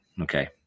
Okay